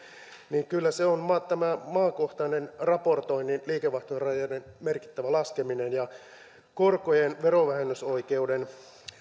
niin kyllä se on tämä maakohtaisen raportoinnin liikevaihtorajojen merkittävä laskeminen ja korkojen verovähennysoikeuden